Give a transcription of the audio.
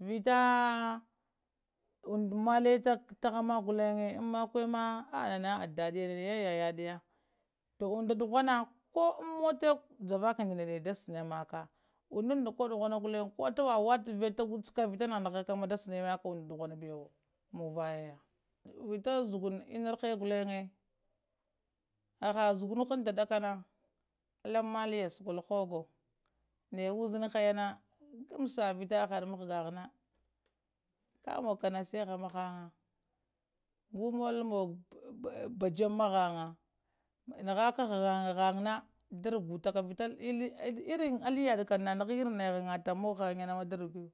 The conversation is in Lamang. vita unɗa malle tahana makke gullen vita makuwe ma kai nana addadiya nana yayadiya toh unda duhuna koh an mota dagava ndanede da shane maka unɗa koh duhima gullen koh thewa wativehe ta wulka ma ma nanha ka ma undu ɗuhunabewo muwayagan vita zugum enarah gullen aha zugumahanda dakana allan mallans gull ghuwogo naya uzinihayana gama sa vita hahaɗe maghgana ka munka nasik a mahanga gumull mogowo bajjem mahanga nahaka ghanghang na da ragutaka vita irin alli yaɗakam nana hi irin alli ghangatan mughang na kam da rugutayewo